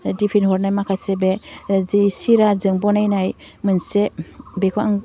tiffin हरनाय माखासे बे जि सिराजों बानायनाय मोनसे बे खौ आं